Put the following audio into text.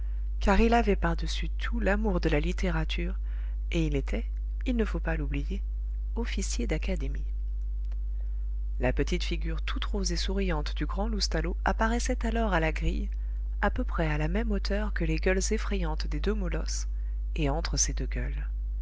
la petite figure toute rose et souriante du grand loustalot apparaissait alors à la grille à peu près à la même hauteur que les gueules effrayantes des deux molosses et entre ces deux gueules